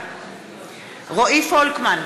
אינו נוכח איוב קרא,